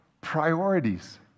priorities